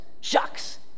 Shucks